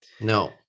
No